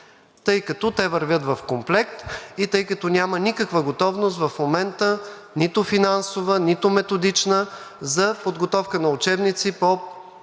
тъй като те вървят в комплект и тъй като няма никаква готовност в момента, нито финансова, нито методична, за подготовка на учебници по